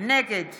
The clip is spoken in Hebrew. נגד